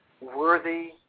worthy